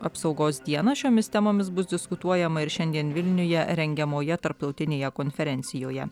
apsaugos dieną šiomis temomis bus diskutuojama ir šiandien vilniuje rengiamoje tarptautinėje konferencijoje